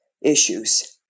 issues